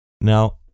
Now